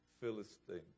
Philistine